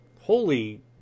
holy